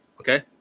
okay